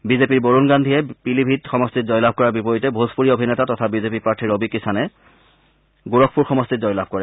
বিজেপিৰ বৰুণ গান্ধীয়ে পিলিভিত সমষ্টিত জয়লাভ কৰাৰ বিপৰীতে ভোজপুৰী অভিনেতা তথা বিজেপি প্ৰাৰ্থী ৰবি কিষাণে গোৰখপুৰ সমষ্টিত জয়লাভ কৰে